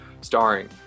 starring